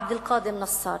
עבד-אלקאדר נסאר,